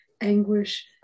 anguish